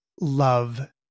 love